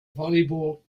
volleyball